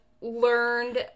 learned